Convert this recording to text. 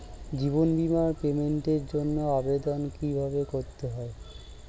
জীবন বীমার পেমেন্টের জন্য আবেদন কিভাবে করতে হয়?